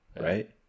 Right